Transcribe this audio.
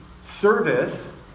service